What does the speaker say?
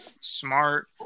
smart